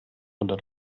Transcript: oder